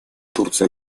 турция